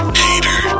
hater